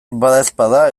badaezpada